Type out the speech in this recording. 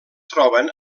troben